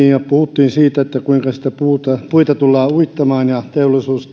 ja puhuttiin siitä kuinka siitä puita tullaan uittamaan ja teollisuus